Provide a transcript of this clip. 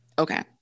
Okay